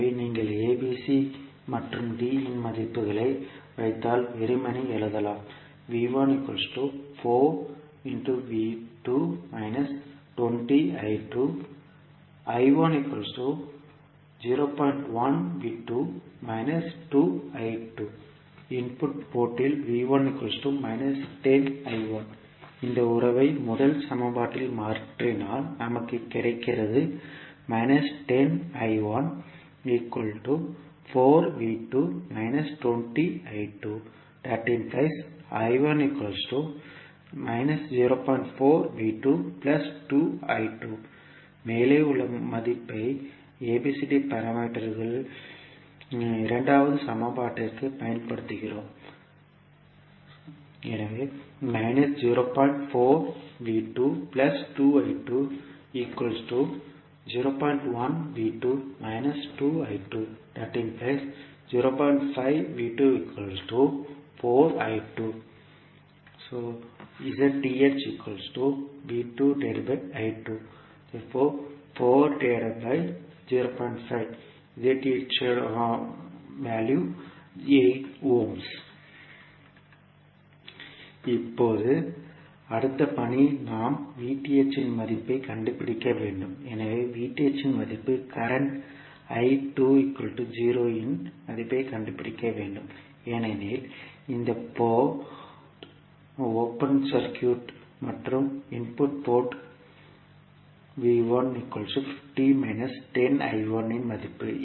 எனவே நீங்கள் A B C மற்றும் D இன் மதிப்புகளை வைத்தால் வெறுமனே எழுதலாம் இன்புட் போர்ட் இல் இந்த உறவை முதல் சமன்பாட்டில் மாற்றினால் நமக்கு கிடைக்கிறது மேலே உள்ள மதிப்பை ABCD பாராமீட்டர்களின் இரண்டாவது சமன்பாட்டிற்குப் பயன்படுத்துகிறோம் இப்போது அடுத்த பணி நாம் இன் மதிப்பைக் கண்டுபிடிக்க வேண்டும் எனவே இன் மதிப்பை கரண்ட் இன் மதிப்பைக் கண்டுபிடிக்க வேண்டும் ஏனெனில் இந்த போர்ட் ஓபன் சர்க்யூட் மற்றும் இன்புட் போர்ட் இன் மதிப்பு